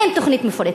אין תוכנית מפורטת.